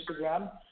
Instagram